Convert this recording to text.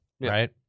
right